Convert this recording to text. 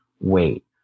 wait